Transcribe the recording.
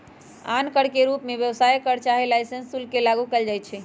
आन कर के रूप में व्यवसाय कर चाहे लाइसेंस शुल्क के लागू कएल जाइछै